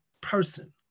person